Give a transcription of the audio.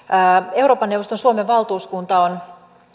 euroopan neuvoston suomen valtuuskunta on